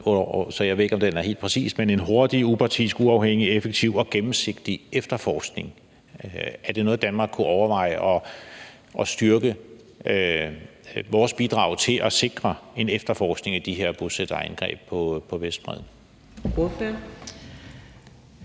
så jeg ved ikke, om den er helt præcis – en hurtig, upartisk, uafhængig, effektiv og gennemsigtig efterforskning. Er det noget, Danmark kunne overveje i forhold til at styrke vores bidrag til at sikre en efterforskning af de her bosætterangreb på Vestbredden?